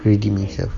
redeem himself